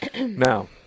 Now